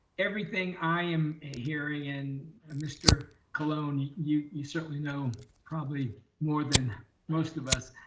everything i am a hearing and mr. colon, you you certainly know probably more than most of us,